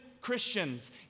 Christians